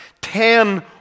ten